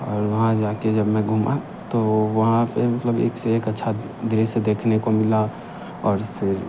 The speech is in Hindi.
और वहाँ जा कर जब मैं घूमा तो वहाँ पर मतलब एक से एक अच्छा दृश्य देखने को मिला और फिर